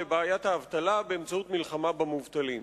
בעיית האבטלה באמצעות מלחמה במובטלים.